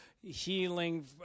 healing